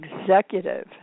executive